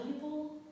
valuable